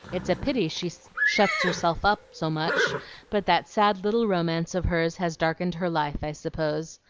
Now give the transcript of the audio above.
it's a pity she shuts herself up so much but that sad little romance of hers has darkened her life, i suppose.